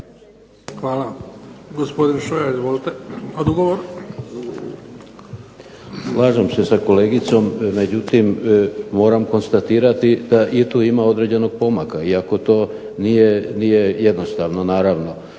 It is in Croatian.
Hvala. Gospodin Šoja, izvolite. Odgovor. **Šoja, Deneš (Nezavisni)** Slažem se sa kolegicom, međutim moram konstatirati da i tu ima određenog pomaka iako to nije jednostavno, naravno.